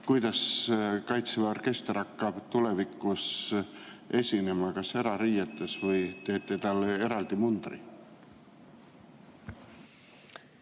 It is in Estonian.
Kuidas Kaitseväe orkester hakkab tulevikus esinema, kas erariietes või teete talle eraldi mundri?